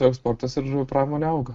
tai eksportas ir žuvų pramonė auga